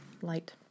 Light